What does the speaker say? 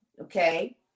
Okay